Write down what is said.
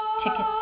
Tickets